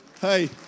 Hey